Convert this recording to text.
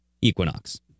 equinox